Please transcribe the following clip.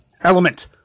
element